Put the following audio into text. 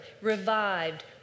revived